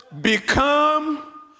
Become